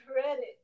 credit